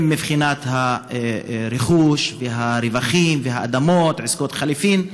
מבחינת הרכוש והרווחים והאדמות, עסקות חליפין,